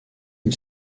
une